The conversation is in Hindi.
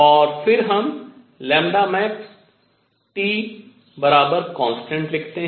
और फिर हम maxTconstant लिखते हैं